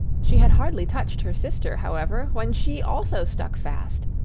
she had hardly touched her sister, however, when she also stuck fast.